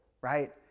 right